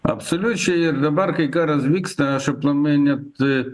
absoliučiai ir dabar kai karas vyksta aplamai net